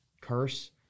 Curse